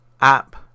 app